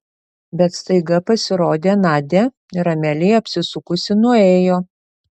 bet staiga pasirodė nadia ir amelija apsisukusi nuėjo